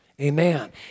Amen